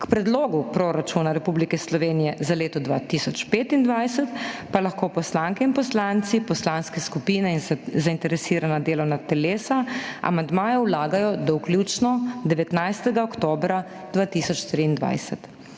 K predlogu proračuna Republike Slovenije za leto 2025 pa lahko poslanke in poslanci, poslanske skupine in zainteresirana delovna telesa amandmaje vlagajo do vključno 19. oktobra 2023.